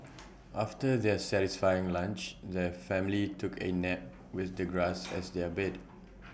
after their satisfying lunch the family took A nap with the grass as their bed